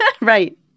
Right